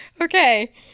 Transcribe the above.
Okay